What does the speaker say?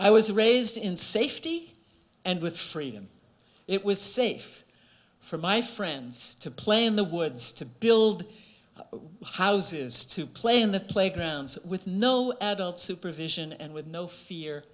i was raised in safety and with freedom it was safe for my friends to play in the woods to build houses to play in the playgrounds with no adult supervision and with no fear